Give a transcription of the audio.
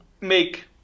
make